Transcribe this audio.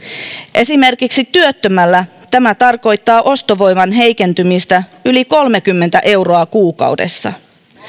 esimerkiksi työttömällä tämä tarkoittaa ostovoiman heikentymistä yli kolmekymmentä euroa kk